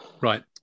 right